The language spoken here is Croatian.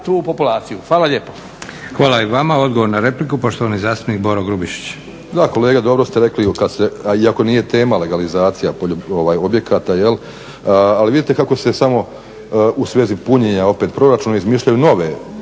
Hvala lijepa. Odgovor na repliku, poštovani zastupnik Boro Grubišić.